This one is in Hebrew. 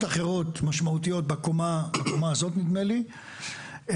אחרות משמעותיות בקומה הזאת נדמה לי,